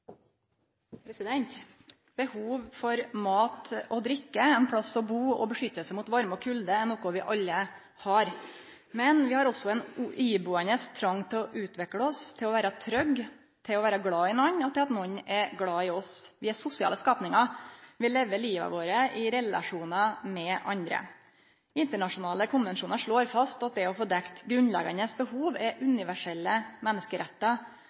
fysiske. Behov for mat og drikke, ein stad å bu og beskyttelse mot varme og kulde er noko vi alle har. Men vi har også ein ibuande trong til å utvikle oss, til å vere trygge, til å vere glad i nokon, og til at nokon er glad i oss. Vi er sosiale skapningar, og vi lever livet vårt i relasjonar med andre. Internasjonale konvensjonar slår fast at å få dekt grunnleggjande behov er universelle menneskerettar.